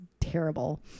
terrible